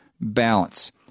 balance